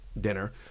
dinner